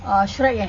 ah shrek eh